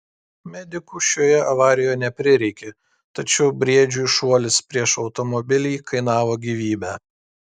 medikų šioje avarijoje neprireikė tačiau briedžiui šuolis prieš automobilį kainavo gyvybę